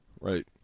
Right